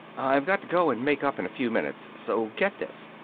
i've got to go and make up in a few minutes. so get this.